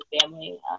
family